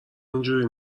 اینجوری